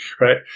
right